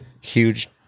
huge